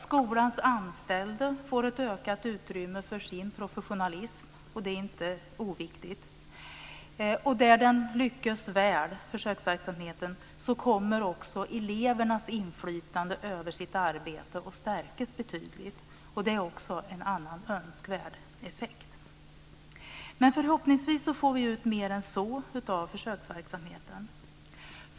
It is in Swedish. Skolans anställda får ett ökat utrymme för sin professionalism, och det är inte oviktigt. Där försöksverksamheten lyckas väl kommer elevernas inflytande över det egna arbetet att stärkas betydligt, vilket är en annan önskvärd effekt. Men förhoppningsvis får vi ut mer än så av försöksverksamheten.